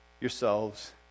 Yourselves